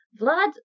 Vlad